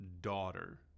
daughter